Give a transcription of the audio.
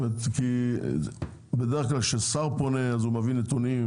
כי בדרך כלל ששר פונה הוא מביא נתונים,